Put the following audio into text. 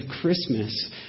Christmas